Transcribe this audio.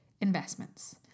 investments